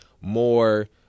more